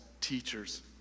teachers